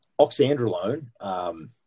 Oxandrolone –